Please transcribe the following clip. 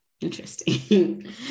interesting